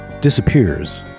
disappears